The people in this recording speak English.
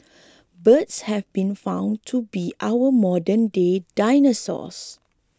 birds have been found to be our modernday dinosaurs